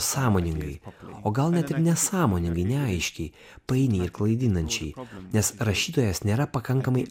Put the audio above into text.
sąmoningai o gal net nesąmoningai neaiškiai painiai ir klaidinančiai nes rašytojas nėra pakankamai